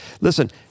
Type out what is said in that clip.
listen